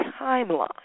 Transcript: timeline